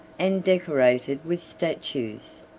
and decorated with statues.